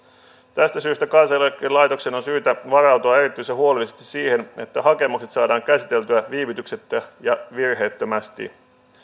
tästä syystä kansaneläkelaitoksen on syytä varautua erityisen huolellisesti siihen että hakemukset saadaan käsiteltyä viivytyksettä ja virheettömästi